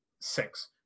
six